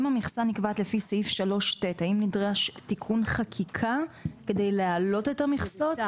אם המכסה נקבעת לפי סעיף ט3 האם נדרש תיקון חקיקה כדי להעלות את המכסות?